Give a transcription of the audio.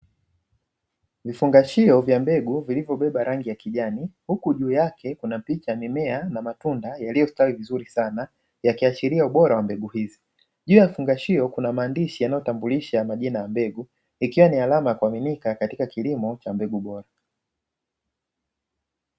Vifugashio vya mbegu vilivyobeba rangi ya kijani, huku juu yake kuna miche ya mimea na matunda yaliyostawi vizuri sana, yakiashiria ubora wa mbegu hizo. Juu ya vifungashio kuna maandishi yanayotambulisha majina ya mbegu, ikiwa ni alama ya kuaminika katika kilimo cha mbegu bora.